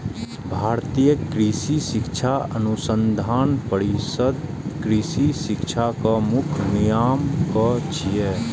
भारतीय कृषि शिक्षा अनुसंधान परिषद कृषि शिक्षाक मुख्य नियामक छियै